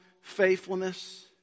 faithfulness